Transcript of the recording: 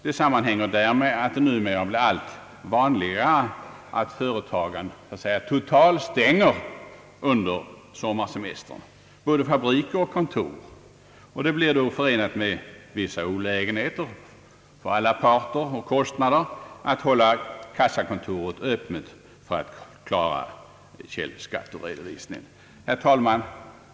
Det sammanhänger med att det numera blir allt vanligare att företagen under sommarsemestern totalstänger både fabriker och kontor. Det blir då förenat med vissa olägenheter för alla parter att hålla kassakontoret öppet för att klara källskatteredovisningen. Herr talman!